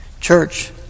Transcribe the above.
church